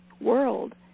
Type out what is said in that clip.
world